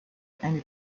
eine